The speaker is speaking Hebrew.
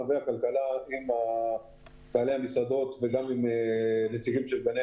והכלכלה וכן עם בעלי המסעדות וגני האירועים.